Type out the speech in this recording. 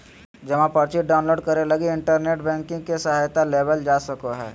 जमा पर्ची डाउनलोड करे लगी इन्टरनेट बैंकिंग के सहायता लेवल जा सको हइ